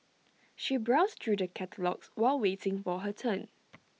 she browsed through the catalogues while waiting for her turn